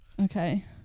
Okay